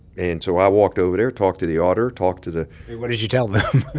and so i walked over there, talked to the auditor, talked to the. and what did you tell them?